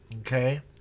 Okay